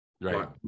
right